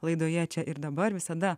laidoje čia ir dabar visada